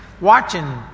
watching